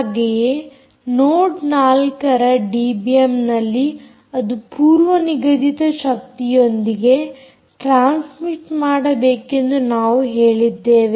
ಹಾಗೆಯೇ ನೋಡ್ 4ರ ಡಿಬಿಎಮ್ನಲ್ಲಿ ಅದು ಪೂರ್ವನಿಗದಿತ ಶಕ್ತಿಯೊಂದಿಗೆ ಟ್ರಾನ್ಸ್ಮಿಟ್ ಮಾಡಬೇಕೆಂದು ನಾವು ಹೇಳಿದ್ದೇವೆ